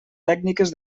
tècniques